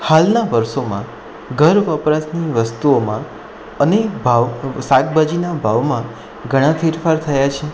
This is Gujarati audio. હાલના વર્ષોમાં ઘર વપરાશની વસ્તુઓમાં અનેક ભાવ શાકભાજીના ભાવમાં ઘણાં ફેરફાર થયા છે